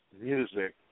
music